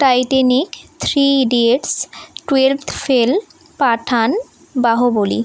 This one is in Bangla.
টাইটানিক থ্রি ইডিয়টস টুয়েভথ ফেল পাঠান বাহুবলী